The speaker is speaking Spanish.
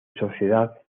sociedad